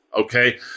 okay